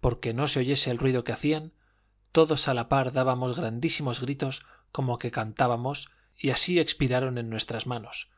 porque no se oyese el ruido que hacían todos a la par dábamos grandísimos gritos como que cantábamos y así expiraron en nuestras manos